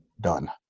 done